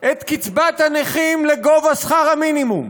את קצבת הנכים לגובה שכר המינימום.